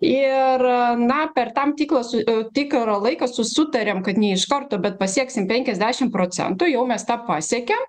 ir na per tam tikrą tikrą laiką sutarėm kad ne iš karto bet pasieksime penkiasdešimt procentų jau mes tą pasiekėm